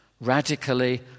radically